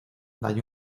dañó